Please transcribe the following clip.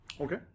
Okay